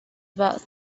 about